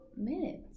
Minutes